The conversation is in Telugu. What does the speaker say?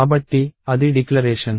కాబట్టి అది డిక్లరేషన్